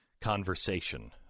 conversation